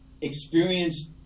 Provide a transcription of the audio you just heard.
experienced